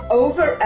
over